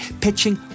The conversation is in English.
pitching